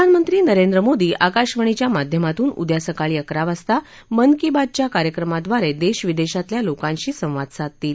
प्रधानमंत्री नरेंद्र मोदी आकाशवाणीच्या माध्यमातून उद्या सकाळी अकरा वाजता मन की बातच्या कार्यक्रमाद्वारे देश विदेशातल्या लोकांशी संवाद साधतील